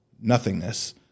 nothingness